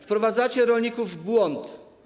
Wprowadzacie rolników w błąd.